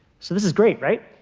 so this is great, right?